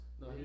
No